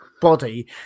body